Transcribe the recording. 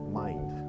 mind